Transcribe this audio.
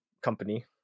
company